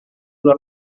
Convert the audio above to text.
luar